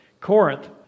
Corinth